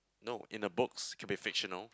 no in the books keep it fictional